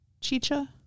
Chicha